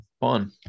Fun